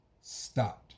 stopped